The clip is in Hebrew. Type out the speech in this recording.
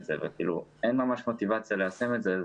זה וכאילו אין ממש מוטיבציה ליישם את זה.